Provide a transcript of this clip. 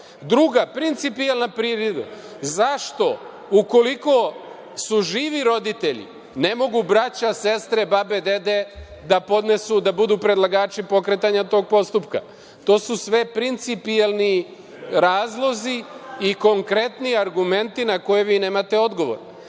Druga, principijelna primedba, zašto ukoliko su živi roditelji ne mogu braća, sestre, babe, dede da podnesu, da budu predlagači pokretanja tog postupka? To su sve principijelni razlozi i konkretni argumenti na koje vi nemate